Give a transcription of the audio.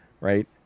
Right